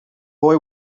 boy